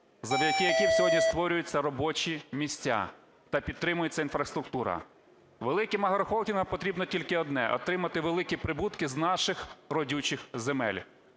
завдяки яким сьогодні створюються робочі місця та підтримується інфраструктура. Великим агрохолдингам потрібно тільки одне – отримати великі прибутки з наших родючих земель.